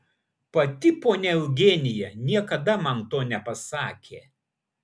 pati ponia eugenija niekada man to nepasakė